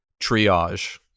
triage